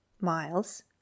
miles